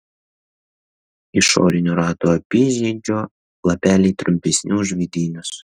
išorinio rato apyžiedžio lapeliai trumpesni už vidinius